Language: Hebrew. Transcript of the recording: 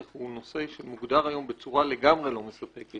הוא נושא שמוגדר היום בצורה לגמרי לא מספקת,